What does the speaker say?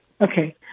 Okay